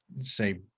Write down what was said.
say